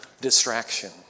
distraction